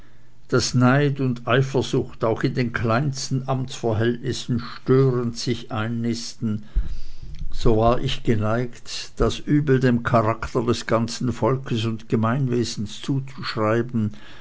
daß neid und eifersucht auch in den kleinsten amtsverhältnissen störend sich einnisteten so war ich geneigt das übel dem charakter des ganzen volkes und gemeinwesens zuzuschreiben